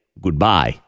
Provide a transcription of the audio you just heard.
goodbye